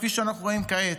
כפי שאנחנו רואים כעת.